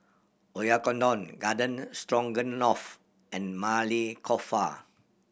Oyakodon Garden Stroganoff and Maili Kofta